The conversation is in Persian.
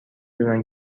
دونن